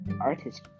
artist